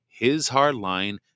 hishardline